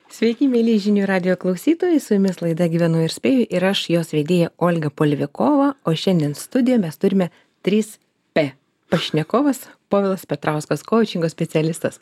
sveiki mieli žinių radijo klausytojai su jumis laida gyvenu ir spėju ir aš jos vedėja olga polevikova o šiandien studijoje mes turime tris p pašnekovas povilas petrauskas koučingo specialistas